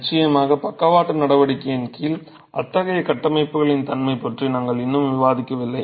நிச்சயமாக பக்கவாட்டு நடவடிக்கையின் கீழ் அத்தகைய கட்டமைப்புகளின் தன்மை பற்றி நாங்கள் இன்னும் விவாதிக்கவில்லை